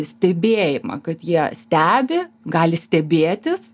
stebėjimą kad jie stebi gali stebėtis